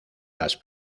las